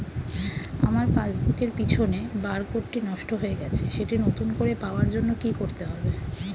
আমার পাসবুক এর পিছনে বারকোডটি নষ্ট হয়ে গেছে সেটি নতুন করে পাওয়ার জন্য কি করতে হবে?